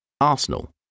Arsenal